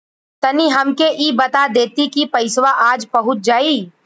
तनि हमके इ बता देती की पइसवा आज पहुँच जाई?